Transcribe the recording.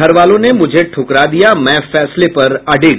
घरवालों ने मुझे ठुकरा दिया मै फैसले पर अडिग